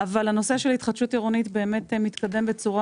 אבל הנושא של התחדשות עירונית באמת מתקדם בצורה